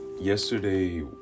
yesterday